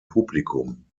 publikum